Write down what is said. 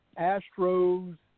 Astros